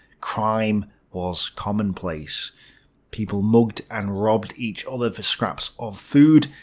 crime was commonplace people mugged and robbed each other for scraps of food.